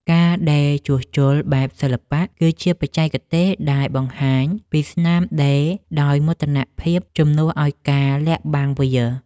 ការដេរជួសជុលបែបសិល្បៈ គឺជាបច្ចេកទេសដែលបង្ហាញពីស្នាមដេរដោយមោទនភាពជំនួសឱ្យការលាក់បាំងវា។